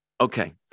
Okay